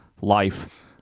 life